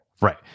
Right